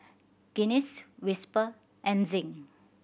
Guinness Whisper and Zinc